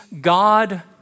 God